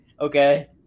Okay